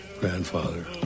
Grandfather